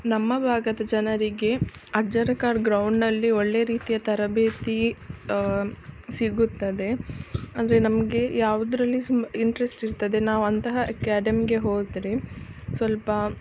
ನಮ್ಮ ಭಾಗದ ಜನರಿಗೆ ಅಜ್ಜರ ಕಾಡು ಗ್ರೌಂಡ್ನಲ್ಲಿ ಒಳ್ಳೆ ರೀತಿಯ ತರಬೇತಿ ಸಿಗುತ್ತದೆ ಅಂದರೆ ನಮಗೆ ಯಾವುದ್ರಲ್ಲಿ ಸು ಇಂಟ್ರೆಸ್ಟ್ ಇರ್ತದೆ ನಾವು ಅಂತಹ ಎಕ್ಯಾಡೆಮ್ಗೆ ಹೋದರೆ ಸ್ವಲ್ಪ